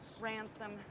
Ransom